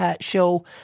show